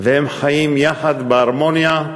והם חיים יחד בהרמוניה,